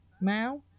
now